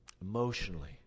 Emotionally